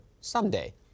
Someday